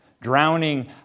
drowning